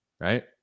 right